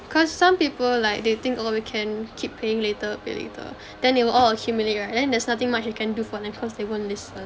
because some people like they think oh we can keep paying later pay later then they will all accumulate right then there's nothing much you can do for them because they won't listen